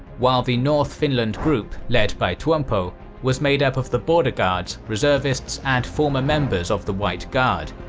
while the north finland group led by tuompo was made up of the border guards, reservists and former members of the white guard.